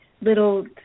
little